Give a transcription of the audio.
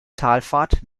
talfahrt